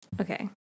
Okay